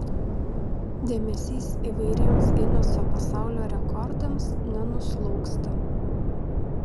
dėmesys įvairiems gineso pasaulio rekordams nenuslūgsta